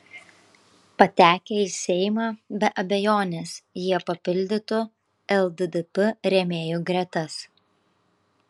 patekę į seimą be abejonės jie papildytų lddp rėmėjų gretas